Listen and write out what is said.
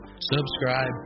Subscribe